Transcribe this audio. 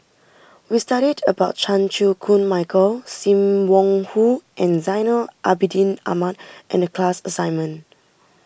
we studied about Chan Chew Koon Michael Sim Wong Hoo and Zainal Abidin Ahmad in the class assignment